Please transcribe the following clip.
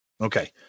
okay